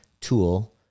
tool